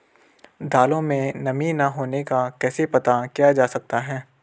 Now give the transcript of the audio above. दालों में नमी न होने का कैसे पता किया जा सकता है?